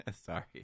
Sorry